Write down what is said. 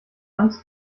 angst